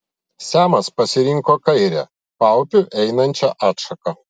semas pasirinko kairę paupiu einančią atšaką